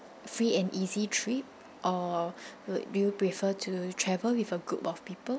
free and easy trip or would you prefer to travel with a group of people